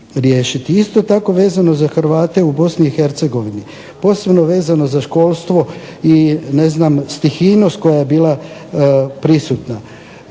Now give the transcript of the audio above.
Isto tako vezano za Hrvate u Bosni i Hercegovini, posebno vezano za školstvo i stihijnost koja je bila prisutnost.